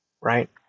right